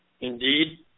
Indeed